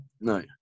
No